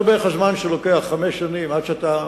זה בערך הזמן, חמש שנים, עד שאתה,